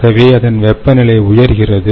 ஆகவே அதன் வெப்பநிலை உயர்கிறது